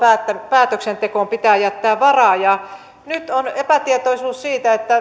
päätöksentekoon pitää jättää varaa ja nyt on epätietoisuutta siitä